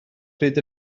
pryd